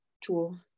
tool